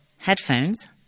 headphones